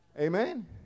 Amen